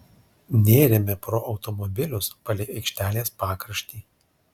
nėrėme pro automobilius palei aikštelės pakraštį